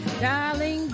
darling